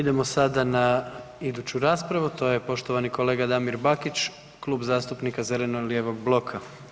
Idemo sada na iduću raspravu to je poštovani kolega Damir Bakić, Klub zastupnika zeleno-lijevog bloka.